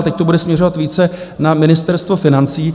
Teď to bude směřovat více na Ministerstvo financí.